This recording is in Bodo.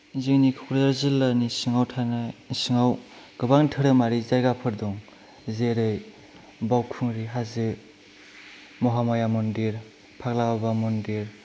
जोंनि क'क्राझार जिल्लानि सिङाव थानाय सिङाव गोबां धोरोमारि जायगाफोर दं जेरै बावखुंग्रि हाजो महामाया मन्दिर फाग्ला बाबा मन्दिर